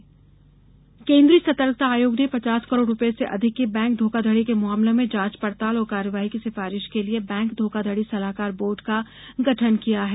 सलाहकार बोर्ड केन्द्रीय सतर्कता आयोग ने पचास करोड़ रूपये से अधिक की बैंक धोखाधड़ी के मामलों में जांच पड़ताल और कार्रवाई की सिफारिश के लिए बैंक धोखाधड़ी सलाहकार बोर्ड का गठन किया है